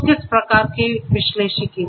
तो किस प्रकार के विश्लेषिकी